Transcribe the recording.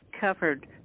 covered